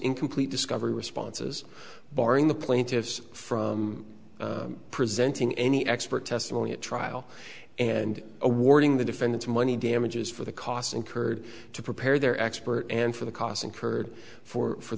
in complete discovery responses barring the plaintiffs from presenting any expert testimony at trial and awarding the defendants money damages for the costs incurred to prepare their expert and for the costs incurred for for